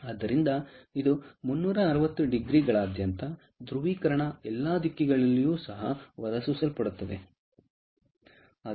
ಆದ್ದರಿಂದ ಇದು 360 ಡಿಗ್ರಿ ಗಳಾದ್ಯಂತ ಧ್ರುವೀಕರಣ ಎಲ್ಲಾ ದಿಕ್ಕುಗಳಲ್ಲಿಯೂ ಹೊರಸೂಸಲ್ಪಡುತ್ತದೆ ಮತ್ತು ಹೀಗೆ